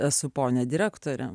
esu ponia direktorė